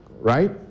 right